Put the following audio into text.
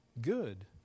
good